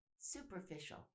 superficial